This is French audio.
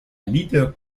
leaders